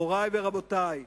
מורי ורבותי,